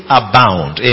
abound